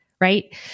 right